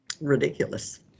Ridiculous